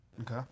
Okay